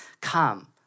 Come